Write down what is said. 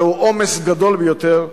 זהו עומס גדול ביותר,